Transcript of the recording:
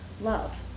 love